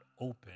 open